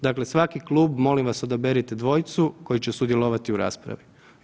Dakle, svaki klub, molim vas odaberite dvojicu koji će sudjelovati u raspravi.